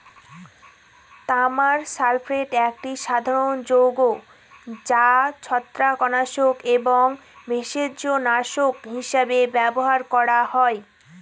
তামার সালফেট একটি সাধারণ যৌগ যা ছত্রাকনাশক এবং ভেষজনাশক হিসাবে ব্যবহার করা হয়